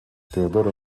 teodoro